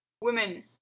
women